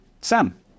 Sam